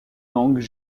langues